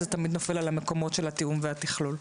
זה תמיד נופל על המקומות של התיאום והתכלול,